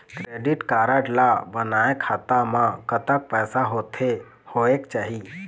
Credit card ला बनवाए खाता मा कतक पैसा होथे होएक चाही?